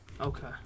Okay